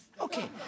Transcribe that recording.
Okay